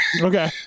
Okay